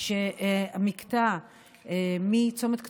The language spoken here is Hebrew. שהמקטע מצומת קטורה,